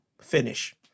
finish